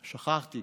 שכחתי,